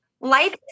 life